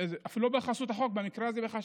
אפילו לא בחסות החוק, במקרה הזה, בחשכה.